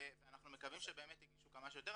ואנחנו מקווים שבאמת יגישו כמה שיותר,